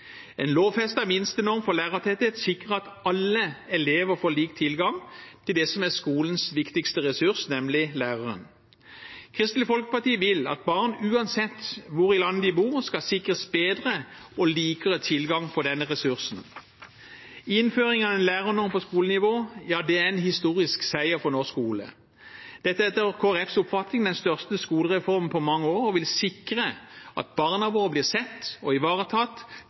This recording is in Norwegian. En lovfestet minstenorm for lærertetthet sikrer at alle elever får lik tilgang til det som er skolens viktigste ressurs, nemlig læreren. Kristelig Folkeparti vil at barn, uansett hvor i landet de bor, skal sikres bedre og likere tilgang på denne ressursen. Innføringen av en lærernorm på skolenivå er en historisk seier for norsk skole. Dette er etter Kristelig Folkepartis oppfatning den største skolereformen på mange år og vil sikre at barna våre blir sett og ivaretatt